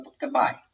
Goodbye